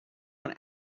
one